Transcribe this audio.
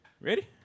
Ready